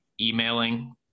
emailing